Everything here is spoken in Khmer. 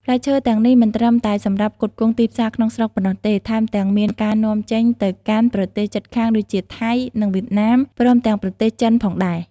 ផ្លែឈើទាំងនេះមិនត្រឹមតែសម្រាប់ផ្គត់ផ្គង់ទីផ្សារក្នុងស្រុកប៉ុណ្ណោះទេ ថែមទាំងមានការនាំចេញទៅកាន់ប្រទេសជិតខាងដូចជា ថៃ និងវៀតណាម ព្រមទាំងប្រទេសចិនផងដែរ។